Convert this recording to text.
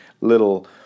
little